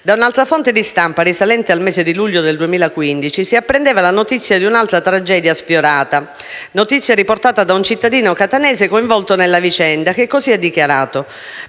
Da un'altra fonte di stampa, risalente al mese di luglio 2015, si apprendeva la notizia di un'altra tragedia sfiorata; notizia riportata da un cittadino catanese coinvolto nella vicenda, che così ha dichiarato: